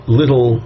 little